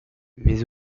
mais